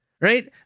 Right